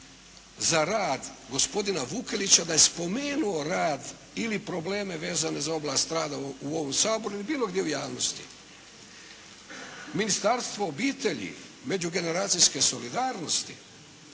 za rad, gospodina Vukelića da je spomenuo rad ili probleme vezane za oblast rada u ovom Saboru ili bilo gdje u javnosti. Ministarstvo obitelji, međugeneracijske solidarnosti